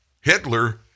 Hitler